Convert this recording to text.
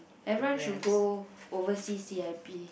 everyone should go overseas C_I_P